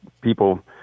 people